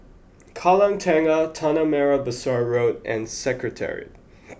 Kallang Tengah Tanah Merah Besar Road and Secretariat